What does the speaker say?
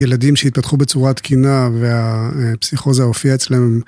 ילדים שהתפתחו בצורת תקינה והפסיכוזה הופיעה אצלם.